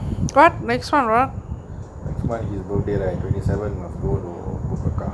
next month his birthday leh twenty seven must go to book a car